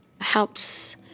helps